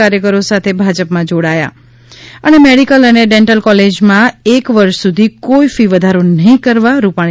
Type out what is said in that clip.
કાર્યકરો સાથે ભાજપ માં જોડાયા મેડિકલ અને ડેન્ટલ કોલેજમાં એક વર્ષ સુધી કોઈ ફી વધારો નહીં કરવા રૂપાણી